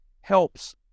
helps